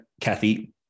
Kathy